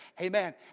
amen